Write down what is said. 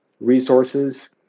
resources